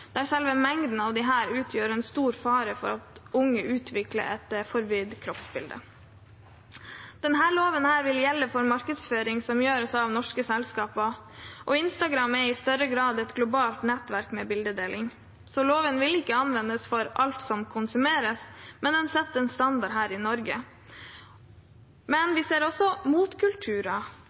der selve mengden av disse utgjør en stor fare for at unge utvikler et forvridd kroppsbilde. Denne loven vil gjelde for markedsføring som gjøres av norske selskaper. Instagram er i større grad et globalt nettverk med bildedeling, så loven vil ikke anvendes for alt som konsumeres, men den setter en standard her i Norge. Vi ser imidlertid også